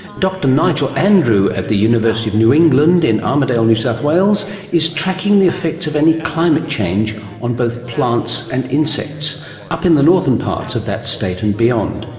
dr nigel andrew at the university of new england in armidale new south wales is tracking the effects of any climate change on both plants and insects up in the northern parts of that state and beyond.